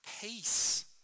peace